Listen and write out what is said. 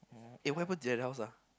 eh what happen to the other house ah